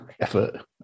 effort